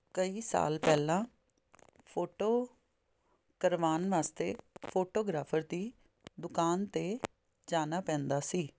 ਕਈ ਸਾਲ ਪਹਿਲਾਂ ਫੋਟੋ ਕਰਵਾਉਣ ਵਾਸਤੇ ਫੋਟੋਗ੍ਰਾਫਰ ਦੀ ਦੁਕਾਨ 'ਤੇ ਜਾਣਾ ਪੈਂਦਾ ਸੀ